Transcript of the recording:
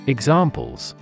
Examples